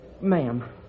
ma'am